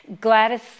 Gladys